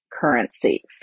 currency